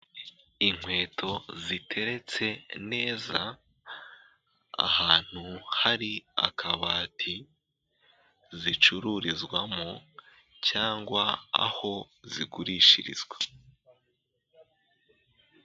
Inkweto ziteretse neza ahantu hari akabati zicururizwamo cyangwa aho zigurishirizwa.